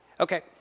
Okay